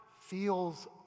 feels